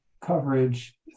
coverage